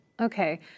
Okay